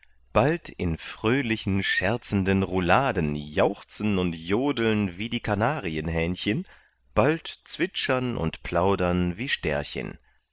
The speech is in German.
bald in fröhlichen scherzenden rouladen jauchzen und jodeln wie die kanarienhähnchen bald zwitschern und plaudern wie stärchen